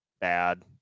bad